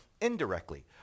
indirectly